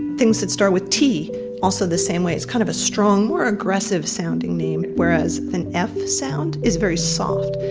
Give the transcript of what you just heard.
things that start with t also the same way. it's kind of a strong, more aggressive sounding name whereas an f sound is very soft.